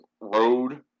road